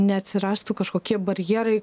neatsirastų kažkokie barjerai